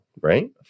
right